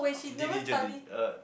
deligently uh